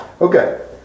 Okay